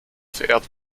verehrt